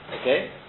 Okay